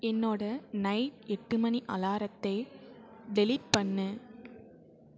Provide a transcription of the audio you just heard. என்னோட நைட் எட்டுமணி அலாரத்தை டெலீட் பண்ணு